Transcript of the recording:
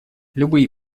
любые